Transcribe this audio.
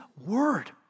word